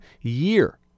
year